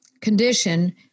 condition